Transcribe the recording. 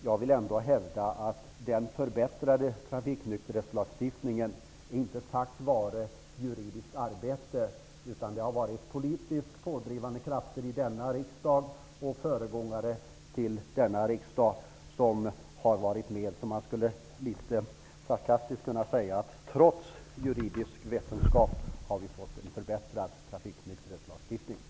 Jag vill ändå hävda att den förbättrade trafiknykterhetslagstiftningen inte tillkommit tack vare juridiskt arbete, utan det har varit politiskt pådrivande krafter i denna riksdag och föregångare till denna riksdag som har medverkat. Man skulle litet sarkastiskt kunna säga att vi trots juridisk vetenskap har fått en förbättrad trafiknykterhetslagstiftning.